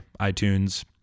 iTunes